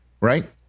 right